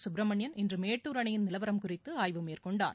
சுப்பிரமணியன் இன்று மேட்டூர் அணையின் நிலவரம் குறித்து ஆய்வு மேற்கொண்டார்